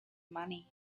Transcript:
money